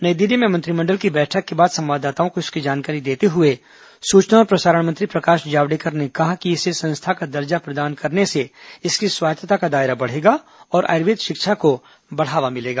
नई दिल्ली में मंत्रिमंडल की बैठक के बाद संवाददाताओं को इसकी जानकारी देते हुए सूचना और प्रसारण मंत्री प्रकाश जावड़ेकर ने कहा कि इसे संस्था का दर्जा प्रदान करने से इसकी स्वायत्तता का दायरा बढ़ेगा और आयुर्वेद शिक्षा को बढ़ावा मिलेगा